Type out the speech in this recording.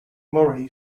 murray